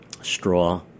straw